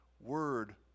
word